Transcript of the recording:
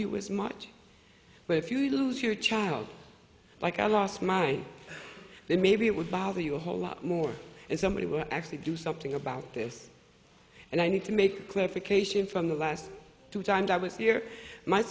you as much but if you lose your child like i lost mine then maybe it would bother you a whole lot more and somebody will actually do something about this and i need to make clarification from the last two times i was here my